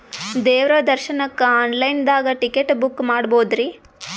ದೇವ್ರ ದರ್ಶನಕ್ಕ online ದಾಗ ಟಿಕೆಟ ಬುಕ್ಕ ಮಾಡ್ಬೊದ್ರಿ?